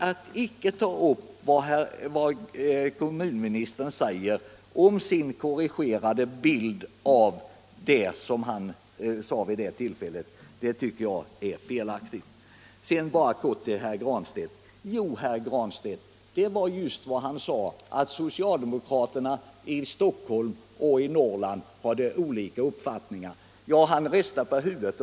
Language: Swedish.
Att icke ta upp vad kommunministern säger om sin korrigerade bild av vad han sade vid det tillfället tycker jag är felaktigt. Bara helt kort till herr Granstedt: Jo, herr Granstedt sade att soci aldemokraterna i Stockholm och Norrland hade olika uppfattningar. Herr Granstedt rister på huvudet.